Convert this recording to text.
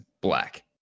Black